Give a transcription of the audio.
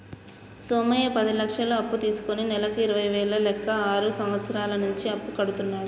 సోమయ్య పది లక్షలు అప్పు తీసుకుని నెలకు ఇరవై వేల లెక్క ఆరు సంవత్సరాల నుంచి అప్పు కడుతున్నాడు